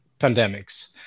pandemics